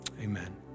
Amen